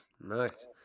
nice